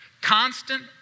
Constant